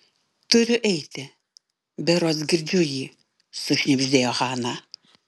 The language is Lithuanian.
turiu eiti berods girdžiu jį sušnibždėjo hana